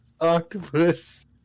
octopus